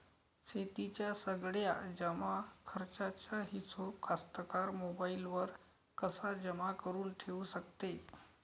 शेतीच्या सगळ्या जमाखर्चाचा हिशोब कास्तकार मोबाईलवर कसा जमा करुन ठेऊ शकते?